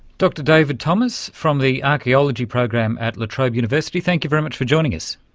dr david thomas from the archaeology program at la trobe university, thank you very much for joining us.